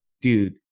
dude